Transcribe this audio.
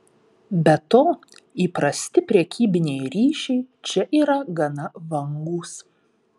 be to įprasti prekybiniai ryšiai čia yra gana vangūs